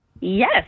Yes